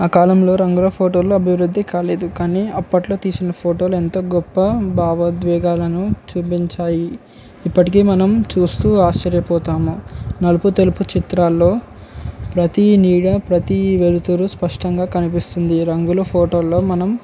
ఆ కాలంలో రంగుల ఫోటోలు అభివృద్ధి కాలేదు కానీ అప్పట్లో తీసిన ఫోటోలు ఎంతో గొప్ప భావోద్వేగాలను చూపించాయి ఇప్పటికీ మనం చూస్తూ ఆశ్చర్యపోతాము నలుపు తెలుపు చిత్రాల్లో ప్రతి నీడ ప్రతి వెలుతురు స్పష్టంగా కనిపిస్తుంది రంగుల ఫోటోల్లో మనం